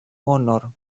honor